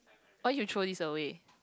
why you throw this away